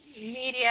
media